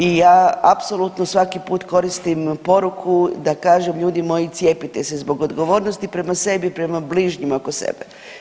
I ja apsolutno svaki put koristim poruku da kažem ljudi moji cijepite se zbog odgovornosti prema sebi, prema bližnjima oko sebe.